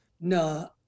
No